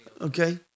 Okay